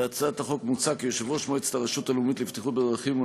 בהצעת החוק מוצע כי יושב-ראש מועצת הרשות הלאומית לבטיחות בדרכים או